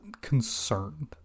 concerned